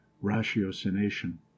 ratiocination